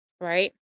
right